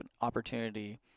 opportunity